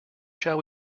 shall